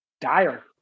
dire